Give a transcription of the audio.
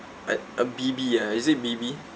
uh B_B ah is it B_B